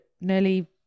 nearly